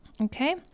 okay